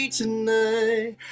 tonight